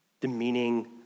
demeaning